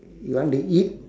you want to eat